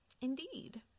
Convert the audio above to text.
indeed